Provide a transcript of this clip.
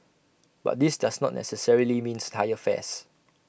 but this does not necessarily means higher fares